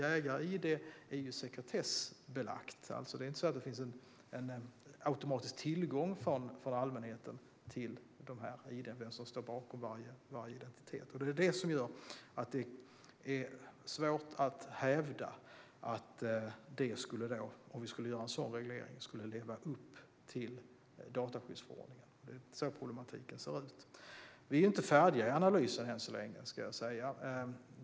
Jägar-id:n är för övrigt sekretessbelagda. Det finns ingen automatisk tillgång från allmänhetens sida till dessa id:n och vem som står bakom varje identitet. Detta gör att det är svårt att hävda att vi skulle leva upp till dataskyddsförordningen om vi gör en sådan reglering. Så ser problematiken ut. Vi är inte färdiga i analysen ännu.